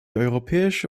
europäische